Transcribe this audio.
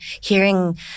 hearing